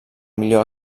millor